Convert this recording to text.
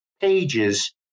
pages